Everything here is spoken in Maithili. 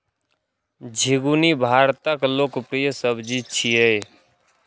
झिंगुनी भारतक लोकप्रिय सब्जी छियै